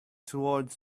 towards